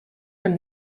from